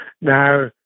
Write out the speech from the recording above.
Now